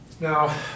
Now